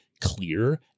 clear